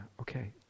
okay